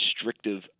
restrictive